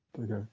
Okay